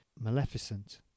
maleficent